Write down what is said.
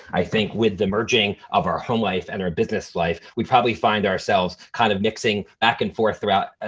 i think with the merging of our home life and our business life, we'd probably find ourselves kind of mixing back and forth throughout, ah